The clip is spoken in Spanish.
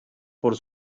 por